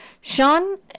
Sean